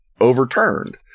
overturned